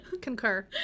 Concur